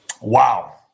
wow